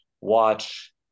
watch